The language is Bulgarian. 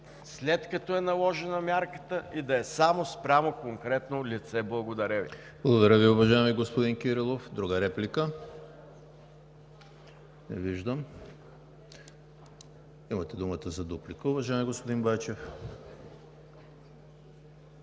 след като е наложена мярката и да е само спрямо конкретно лице. Благодаря Ви. ПРЕДСЕДАТЕЛ ЕМИЛ ХРИСТОВ: Благодаря Ви, уважаеми господин Кирилов. Друга реплика? Не виждам. Имате думата за дуплика, уважаеми господин Байчев.